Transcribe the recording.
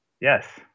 Yes